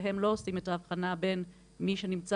והם לא עושים את האבחנה בין מי שנמצא